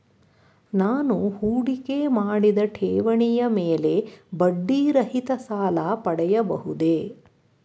ನಾನು ಹೂಡಿಕೆ ಮಾಡಿದ ಠೇವಣಿಯ ಮೇಲೆ ಬಡ್ಡಿ ರಹಿತ ಸಾಲ ಪಡೆಯಬಹುದೇ?